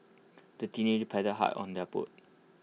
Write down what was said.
the teenagers paddled hard on their boat